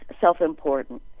self-important